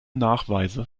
nachweise